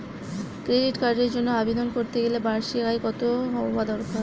Credit কার্ডের জন্য আবেদন করতে গেলে বার্ষিক আয় কত হওয়া দরকার?